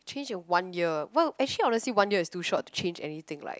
change in one year well actually honestly one year is too short to change anything like